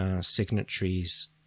signatories